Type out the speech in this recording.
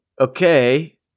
okay